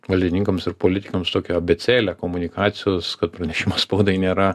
valdininkams ir politikams tokią abėcėlę komunikacijos kad pranešimas spaudai nėra